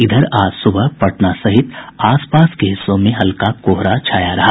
इधर आज सुबह पटना सहित आप पास के हिस्सों में हल्का कोहरा छाया रहा